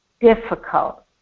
difficult